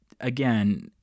again